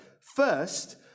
First